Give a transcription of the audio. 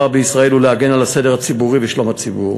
בישראל הוא להגן על הסדר הציבורי ושלום הציבור.